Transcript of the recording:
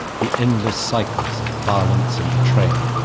the endless cycles of violence and betrayal,